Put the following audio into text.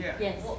Yes